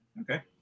Okay